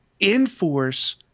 Enforce